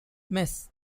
mess